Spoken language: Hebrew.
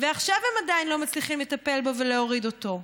ועכשיו הם עדיין לא מצליחים לטפל בו ולהוריד אותו,